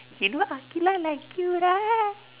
you know aqilah like you right